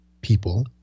people